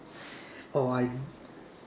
or I